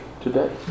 today